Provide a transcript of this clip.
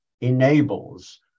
enables